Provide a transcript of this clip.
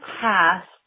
past